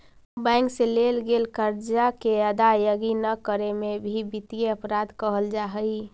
bank से लेल गेल कर्जा के अदायगी न करे में भी वित्तीय अपराध कहल जा हई